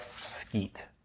Skeet